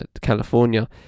California